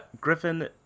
Griffin